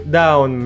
down